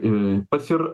ir pats ir